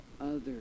others